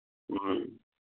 ꯎꯝ